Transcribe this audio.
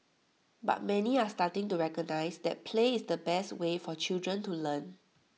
but many are starting to recognise that play is the best way for children to learn